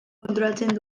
kontrolatzen